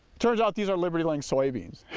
turns out these are liberty link soybeans.